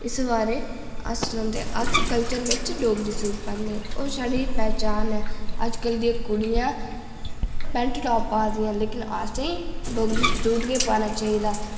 इस बारे अस कल्चर बिच डोगरी सूट पान्ने आं ओह् साढ़ी पहचान ऐ अजकल दियां कुड़ियां पैंट टाप पादियां लेकिन असें डोगरी सूट गै पाना चाहिदा